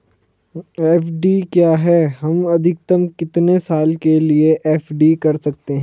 FD क्या है हम अधिकतम कितने साल के लिए एफ.डी कर सकते हैं?